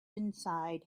inside